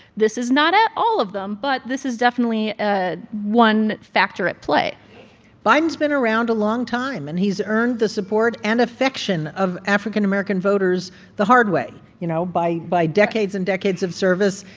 this is not all of them, but this is definitely ah one factor at play biden's been around a long time, and he's earned the support and affection of african american voters the hard way, you know, by by decades and decades of service,